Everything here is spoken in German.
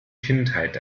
kindheit